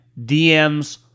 DMs